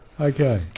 Okay